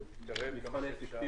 אני מקבל את ההערה שלך,